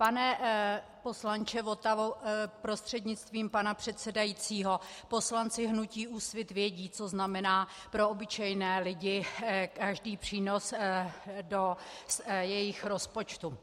Pane poslanče Votavo prostřednictvím pana předsedajícího, poslanci hnutí Úsvit vědí, co znamená pro obyčejné lidi každý přínos do jejich rozpočtu.